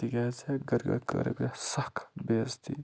تِکیٛازِ سا گَرِکیو کٔر مےٚ سَکھ بے عزِتی